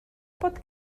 bod